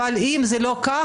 אבל אם זה לא כך,